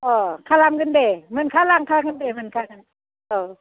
अह खालामगोन दे मोनखालांखागोन दे मोनखागोन औ